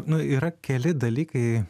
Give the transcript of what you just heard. nu yra keli dalykai